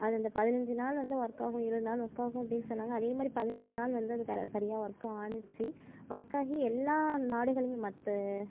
அது அந்த பதினைஞ்சி நாள் வந்து ஒர்க்காகும் இருபது நாள் ஒர்க் ஆகும் அப்படின்னு சொன்னாங்க அதேமாதிரி பதினைஞ்சு நாள் வந்து அது சரியாக ஒர்க் ஆணுச்சு ஒர்க் ஆகி எல்லா நாடுகளியுமே மற்ற